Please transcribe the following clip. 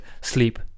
sleep